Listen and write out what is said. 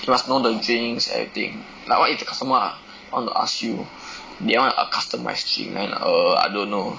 must know the drinks everything like what if the customer err want to ask you they want a customised drink then err I don't know